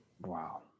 Wow